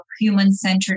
human-centered